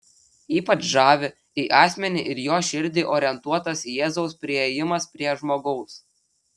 ypač žavi į asmenį ir jo širdį orientuotas jėzaus priėjimas prie žmogaus